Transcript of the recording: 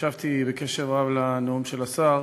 של השר,